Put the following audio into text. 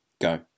Go